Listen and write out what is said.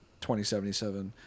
2077